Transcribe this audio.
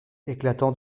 éclatant